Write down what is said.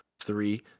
Three